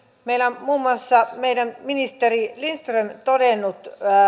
meillä on muun muassa meidän ministeri lindström todennut